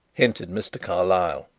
hinted mr. carlyle.